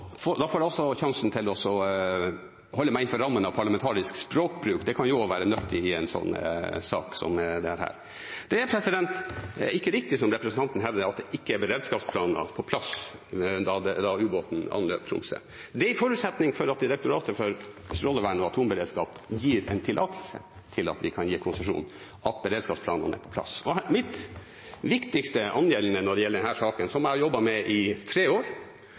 Da får jeg også sjansen til å holde meg innenfor rammen av parlamentarisk språkbruk – det kan også være nyttig i en sak som dette. Det er ikke riktig som representanten hevder, at det ikke var beredskapsplaner på plass da ubåten anløp Tromsø. Det er en forutsetning for at Direktoratet for strålevern og atomberedskap gir tillatelse til at vi kan gi konsesjon, at beredskapsplanene er på plass. Mitt viktigste angjeldende når det gjelder denne saken, som jeg har jobbet med i tre år,